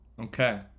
Okay